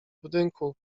budynku